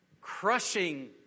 Crushing